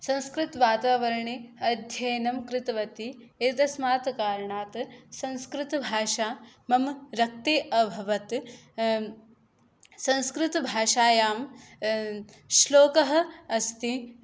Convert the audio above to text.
संस्कृतवातावरणे अध्ययनं कृतवती एतस्मात् कारणात् संस्कृतभाषा मम रक्ते अभवत् संस्कृतभाषायां श्लोकः अस्ति